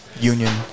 union